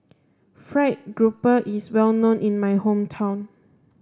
fried grouper is well known in my hometown